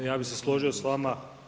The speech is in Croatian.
Ja bih se složio sa vama.